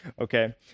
Okay